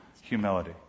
humility